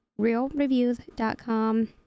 realreviews.com